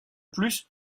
plus